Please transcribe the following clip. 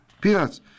Peanuts